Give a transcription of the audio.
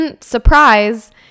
surprise